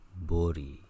Bori